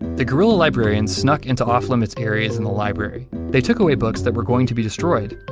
the guerrilla librarians snuck into off-limits areas in the library. they took away books that were going to be destroyed.